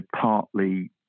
partly